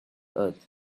earth